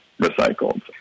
recycled